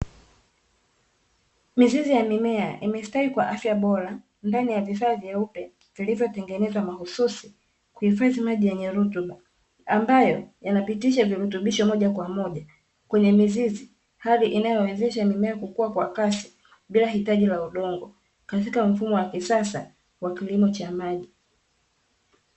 Mizizi ya mimea imesitawi kwa afya bora ndani ya vifaa vyeupe vilivyotengenezwa mahususi kuhifadhi maji yenye rutuba, ambayo yanapitisha virutubisho moja kwa moja kwenye mizizi. Hali inayowezesha mimea kukua kwa kasi bila hitaji la udongo katika mfumo wa kisasa wa kilimo cha maji.